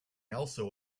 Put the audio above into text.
also